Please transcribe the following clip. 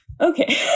Okay